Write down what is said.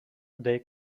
they